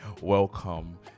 welcome